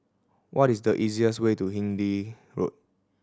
what is the easiest way to Hindhede Road